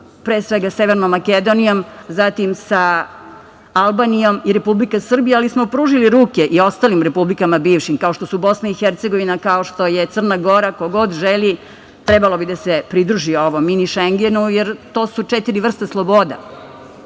pre svega, sa Severnom Makedonijom, zatim, sa Albanijom i Republika Srbija, ali smo pružili ruke i ostalim republikama bivšim, kao što su Bosna i Hercegovina, kao što je Crna Gora. Ko god želi trebalo bi da se pridrži ovo „Mini Šengenu“, jer to su četiri vrste sloboda.